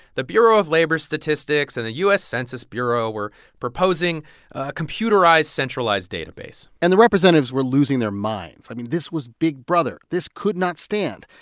the bureau of labor statistics and the u census bureau were proposing a computerized centralized database and the representatives were losing their minds. i mean, this was big brother. this could not stand.